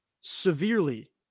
severely